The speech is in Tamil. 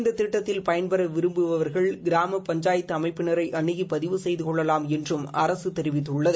இந்த திட்டத்தில் பெயன்பெற விரும்புபவர்கள் கிராம பஞ்சாயத்து அமைப்பினரை அணுகி பதிவு செய்து கொள்ளலாம் என்று அரசு தெரிவித்துள்ளது